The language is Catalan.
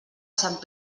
sant